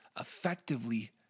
effectively